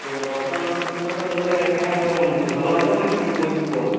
তো রক্তদান শিবির উৎসবটা করলে কেমন হবে মনে হচ্ছে ভালো হবে না কি বলছো বল